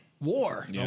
war